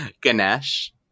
Ganesh